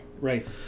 Right